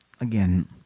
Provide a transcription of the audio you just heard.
again